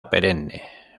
perenne